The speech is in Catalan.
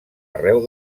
arreu